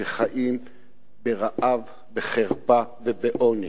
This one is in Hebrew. שחיים ברעב, בחרפה ובעוני.